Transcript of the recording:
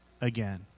again